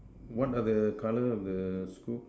what are the colors of the scoop